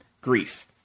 grief